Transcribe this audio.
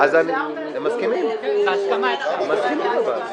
חייבים לחכות חצי שעה, נכון?